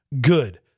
good